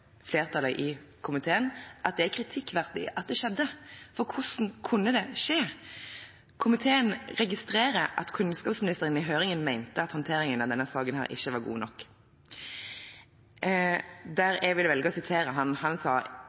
flertallet i komiteen at det er kritikkverdig at det skjedde, for hvordan kunne det skje? Komiteen registrerer at kunnskapsministeren i høringen mente at håndteringen av denne saken ikke var god nok, og der jeg vil velge å sitere ham. Han sa: